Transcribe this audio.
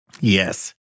Yes